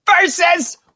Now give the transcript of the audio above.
versus